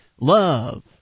love